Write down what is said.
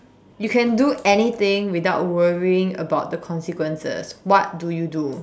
you can do anything without worrying about the consequences what do you do